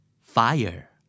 Fire